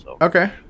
Okay